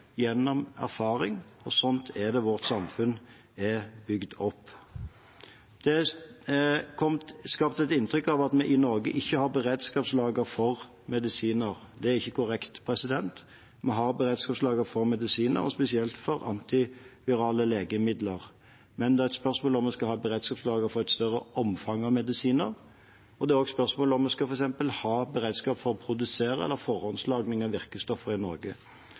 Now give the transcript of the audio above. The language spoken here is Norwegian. gjennom erfaring. Slik er det vårt samfunn er bygd opp. Det er skapt et inntrykk av at vi i Norge ikke har noe beredskapslager for medisiner. Det er ikke korrekt. Vi har et beredskapslager for medisiner og spesielt for antivirale legemidler. Men det er et spørsmål om vi skal ha et beredskapslager for et større omfang av medisiner, og det er et spørsmål om vi f.eks. skal ha beredskap for produksjon eller forhåndslagring av virkestoffer i Norge.